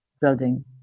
building